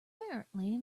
apparently